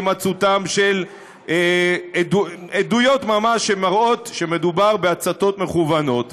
להימצאותן של עדויות ממש שמראות שמדובר בהצתות מכוונות.